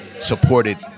Supported